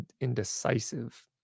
indecisive